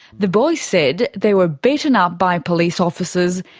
the boys said they were beaten up by police officers,